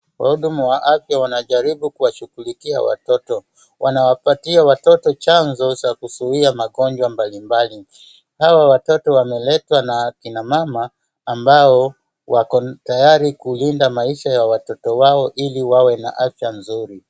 Wahudumu wa afya wanajaribu kuwashughulikia watoto. Wanawapatia watoto chazo za kuzuia magonjwa mbali mbali. Hawa watoto wameletwa na akina mama ambao wako tayari kulinda maisha ya watoto wao ili wawe na afya nzuri.